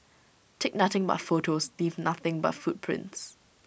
take nothing but photos leave nothing but footprints